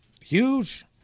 huge